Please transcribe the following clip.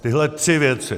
Tyhle tři věci.